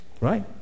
right